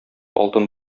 алтын